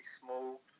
small